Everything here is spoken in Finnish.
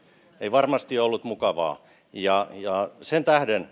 varmasti ollut mukavaa sen